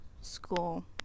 School